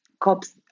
COPs